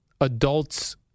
Adults